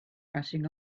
rushing